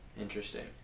interesting